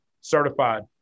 certified